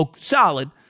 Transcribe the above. solid